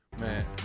Man